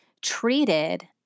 treated